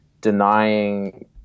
denying